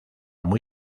muy